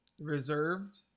reserved